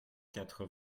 quatre